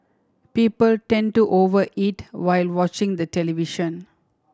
people tend to over eat while watching the television